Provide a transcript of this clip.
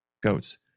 goats